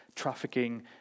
trafficking